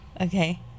Okay